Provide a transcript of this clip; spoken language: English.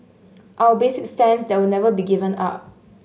our basic stance that will never be given up